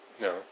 No